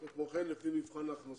וכמו כן לפי מבחן ההכנסות.